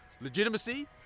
legitimacy